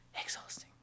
exhausting